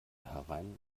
herein